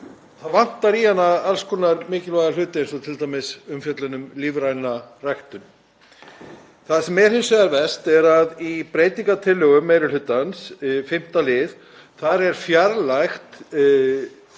Það vantar í hana alls konar mikilvæga hluti eins og t.d. umfjöllun um lífræna ræktun. Það sem er hins vegar verst er að í breytingartillögu meiri hlutans, 5. lið, er það fellt